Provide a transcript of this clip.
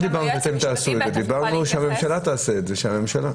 דיברנו שהממשלה תעשה את זה.